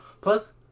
Plus